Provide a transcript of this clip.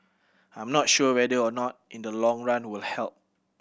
I'm not sure whether or not in the long run would help